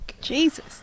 Jesus